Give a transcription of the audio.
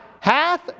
Hath